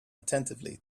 attentively